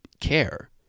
care